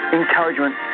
encouragement